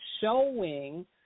showing